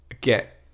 get